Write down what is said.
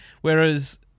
Whereas